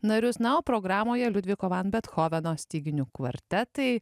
narius na o programoje liudviko van bethoveno styginių kvartetai